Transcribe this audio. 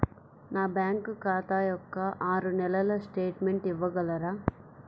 నా బ్యాంకు ఖాతా యొక్క ఆరు నెలల స్టేట్మెంట్ ఇవ్వగలరా?